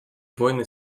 войны